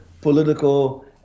political